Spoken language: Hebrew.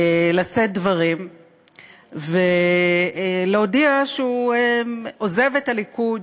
לשאת דברים ולהודיע שהוא עוזב את הליכוד